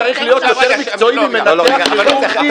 עורך דין צריך להיות יותר מקצועי ממנתח כירורגי ומטייס?